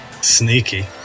sneaky